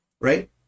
right